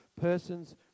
person's